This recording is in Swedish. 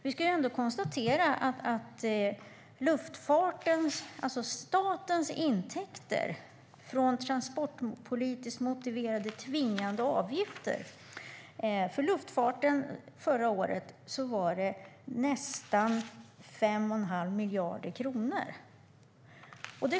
Vi kan ju konstatera att statens intäkter från transportpolitiskt motiverade tvingande avgifter för luftfarten var nästan 5 1⁄2 miljard kronor förra året.